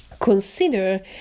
consider